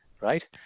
right